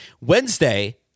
Wednesday